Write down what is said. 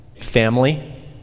family